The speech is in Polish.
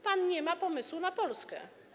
Pan nie ma pomysłu na Polskę.